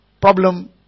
problem